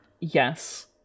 Yes